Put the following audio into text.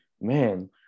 man